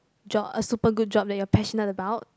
job a super good job that you're passionate about